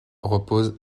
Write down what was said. repose